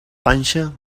panxa